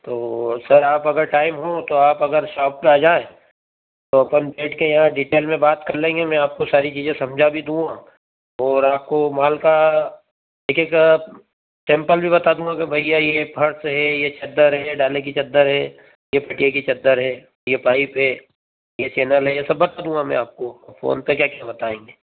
तो सर आप अगर टाइम हो तो आप अगर शॉप पर आ जाएं तो अपन बैठके यहाँ डिटेल में बात कर लेंगे मैं आपको सारी चीज़ें समझा भी दूँगा ओर आपको माल का एक एक सैंपल भी बता दूँगा कि भैया ये फर्श है ये चद्दर है ये डाले की चद्दर है ये फटिये की चद्दर है ये पाइप है यह चैनल है ये सब बता दूँगा मैं आपको और फोन पर क्या क्या बताएंगे